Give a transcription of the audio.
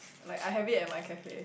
like I have it and my cafe